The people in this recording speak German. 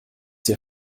hier